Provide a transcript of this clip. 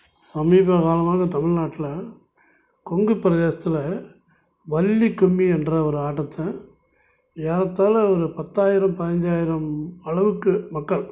சமீப காலமாக தமிழ்நாட்டுல கொங்கு பிரதேசத்தில் வள்ளிகும்மி என்ற ஒரு ஆட்டத்தை ஏறத்தாழ ஒரு பத்தாயிரம் பதினஞ்சாயிரம் அளவுக்கு மக்கள்